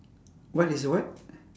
what is what